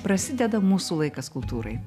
prasideda mūsų laikas kultūrai